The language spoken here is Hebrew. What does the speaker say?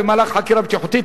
במהלך חקירה בטיחותית,